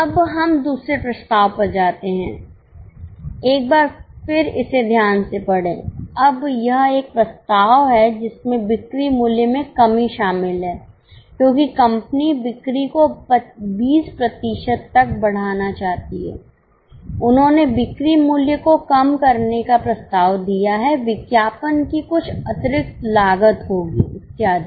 अब हम दूसरे प्रस्ताव पर जाते हैं एक बार फिर इसे ध्यान से पढ़ें अब यह एक प्रस्ताव है जिसमें बिक्री मूल्य में कमी शामिल है क्योंकि कंपनी बिक्री को 20 प्रतिशत तक बढ़ाना चाहती है उन्होंने बिक्री मूल्य को कम करने का प्रस्ताव दिया है विज्ञापन की कुछ अतिरिक्त लागत होगी इत्यादि